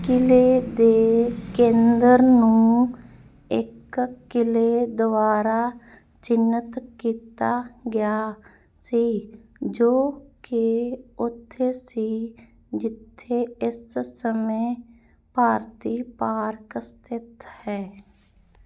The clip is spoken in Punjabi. ਕਿਲ੍ਹੇ ਦੇ ਕੇਂਦਰ ਨੂੰ ਇੱਕ ਕਿਲ੍ਹੇ ਦੁਆਰਾ ਚਿੰਨ੍ਹਿਤ ਕੀਤਾ ਗਿਆ ਸੀ ਜੋ ਕਿ ਉੱਥੇ ਸੀ ਜਿੱਥੇ ਇਸ ਸਮੇਂ ਭਾਰਤੀ ਪਾਰਕ ਸਥਿਤ ਹੈ